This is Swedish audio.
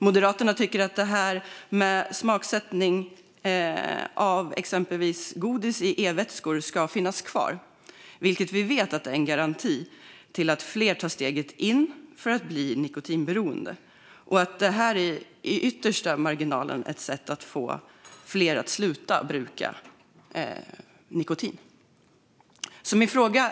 Moderaterna tycker att smaksättning av e-vätskor med exempelvis godis ska finnas kvar. Men vi vet att det är en garanti för att fler tar steget till att bli nikotinberoende. På yttersta marginalen är detta ett sätt att få fler att sluta bruka nikotin. Fru talman!